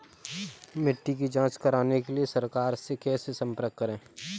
मिट्टी की जांच कराने के लिए सरकार से कैसे संपर्क करें?